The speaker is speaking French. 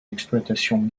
exploitation